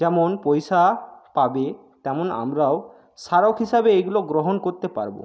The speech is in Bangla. যেমন পইসা পাবে তেমন আমরাও স্মারক হিসাবে এইগুলো গ্রহণ করতে পারবো